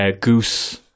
Goose